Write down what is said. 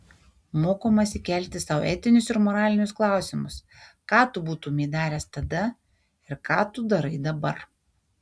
mokomasi kelti sau etinius ir moralinius klausimus ką tu būtumei daręs tada ir ką tu darai dabar